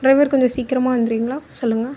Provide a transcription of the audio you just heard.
driver கொஞ்சம் சீக்கிரமாக வந்துடுவீங்களா சொல்லுங்க